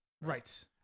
Right